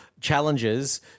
challenges